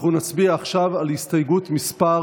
אנחנו נצביע עכשיו על הסתייגות מס'